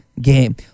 game